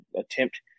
attempt